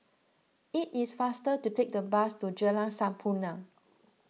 it is faster to take the bus to Jalan Sampurna